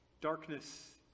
Darkness